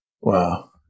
Wow